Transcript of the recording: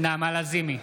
נעמה לזימי,